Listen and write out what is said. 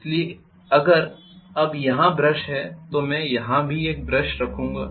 इसलिए अगर यहां ब्रश है तो मैं यहां भी एक ब्रश रखूंगा